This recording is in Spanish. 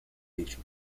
dicho